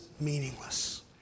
meaningless